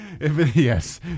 Yes